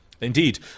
Indeed